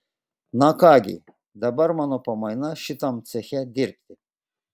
na ką gi dabar mano pamaina šitam ceche dirbti